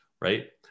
right